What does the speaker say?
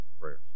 prayers